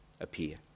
appear